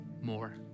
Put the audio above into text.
more